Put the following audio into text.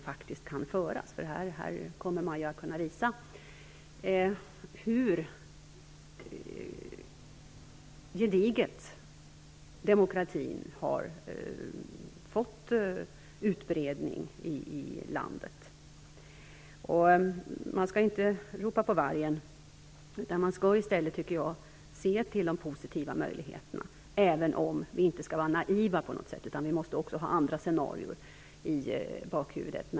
Man kommer att kunna visa hur gediget demokratin har fått utbredning i landet. Man skall inte ropa på vargen, utan man skall i stället, tycker jag, se till de positiva möjligheterna, även om vi inte på något sätt skall vara naiva. Vi måste också ha andra scenarier i bakhuvudet.